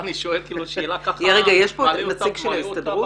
אני שואל כי --- יש פה נציג של ההסתדרות?